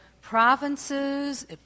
provinces